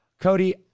Cody